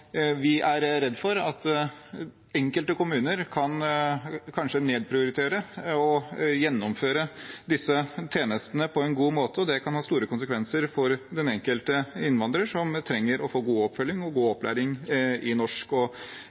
Vi er redd for at enkelte kommuner kanskje kan nedprioritere å gjennomføre disse tjenestene på en god måte, og det kan ha store konsekvenser for den enkelte innvandrer, som trenger å få god oppfølging og god opplæring i f.eks. norsk og